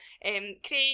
Craig